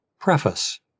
Preface